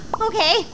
okay